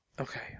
okay